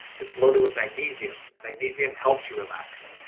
it's loaded with magnesium. magnesium helps you relax.